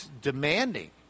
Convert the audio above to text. demanding